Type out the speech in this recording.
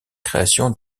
création